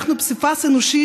אנחנו פסיפס אנושי,